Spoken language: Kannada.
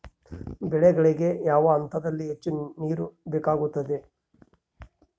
ಬೆಳೆಗಳಿಗೆ ಯಾವ ಹಂತದಲ್ಲಿ ಹೆಚ್ಚು ನೇರು ಬೇಕಾಗುತ್ತದೆ?